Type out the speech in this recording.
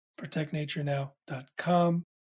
protectnaturenow.com